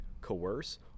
coerce